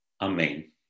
Amen